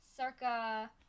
circa